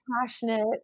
passionate